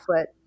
foot